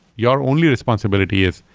your only responsibility is,